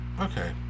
okay